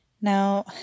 Now